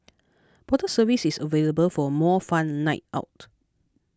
bottle service is available for a more fun night out